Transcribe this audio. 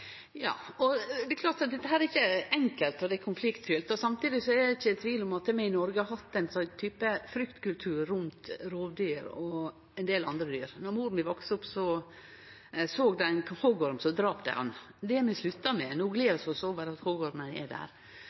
er klart at dette ikkje er enkelt. Det er konfliktfylt. Samtidig er det ikkje tvil om at vi i Noreg har hatt ein slags fryktkultur rundt rovdyr og ein del andre dyr. Då mor mi vaks opp, var det slik at såg ein ein hoggorm, så drap ein han. Det har vi slutta med. No gler vi oss over at hoggormen er der.